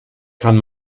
kann